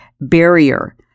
barrier